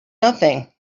nothing